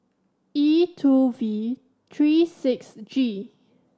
E two V three six G